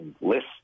lists